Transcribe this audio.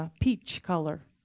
ah peach color.